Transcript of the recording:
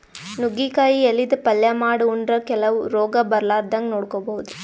ನುಗ್ಗಿಕಾಯಿ ಎಲಿದ್ ಪಲ್ಯ ಮಾಡ್ ಉಂಡ್ರ ಕೆಲವ್ ರೋಗ್ ಬರಲಾರದಂಗ್ ನೋಡ್ಕೊಬಹುದ್